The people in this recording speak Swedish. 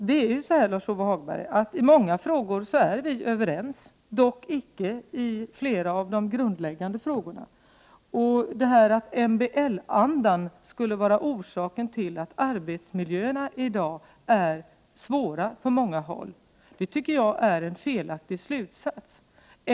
I många frågor, Lars-Ove Hagberg, är vi överens, dock icke i flera av de grundläggande frågorna. Att säga att MBL-andan skulle vara orsaken till att arbetsmiljöerna i dag är dåliga på många håll tycker jag är att dra en felaktig slutsats.